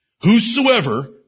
Whosoever